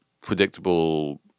predictable